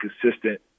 consistent